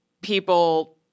people –